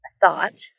thought